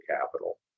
capital